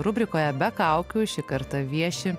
rubrikoje be kaukių šį kartą vieši